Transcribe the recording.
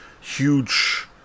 huge